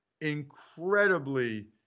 incredibly